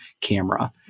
camera